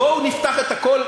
בואו נפתח את הכול.